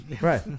right